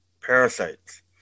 parasites